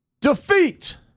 defeat